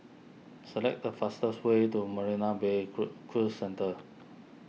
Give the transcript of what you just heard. select the fastest way to Marina Bay Crue Cruise Centre